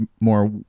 more